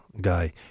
guy